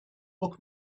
book